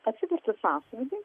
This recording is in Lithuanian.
atsiverti sąsiuvinį